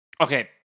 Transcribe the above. Okay